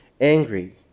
angry